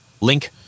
Link